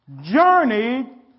journeyed